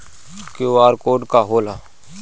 QR code का होला?